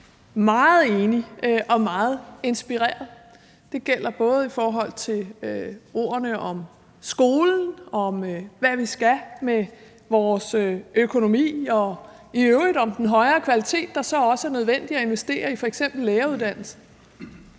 meget enig og meget inspireret. Det gælder både i forhold til ordene om skolen og om, hvad vi skal med vores økonomi, og i øvrigt om den højere kvalitet, der så også er nødvendig at investere i, f.eks. på læreruddannelsen,